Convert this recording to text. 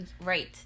Right